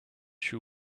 shoe